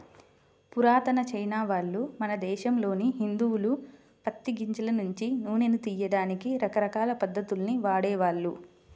పురాతన చైనావాళ్ళు, మన దేశంలోని హిందువులు పత్తి గింజల నుంచి నూనెను తియ్యడానికి రకరకాల పద్ధతుల్ని వాడేవాళ్ళు